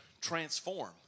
transform